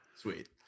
Sweet